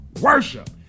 worship